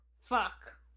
fuck